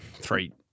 three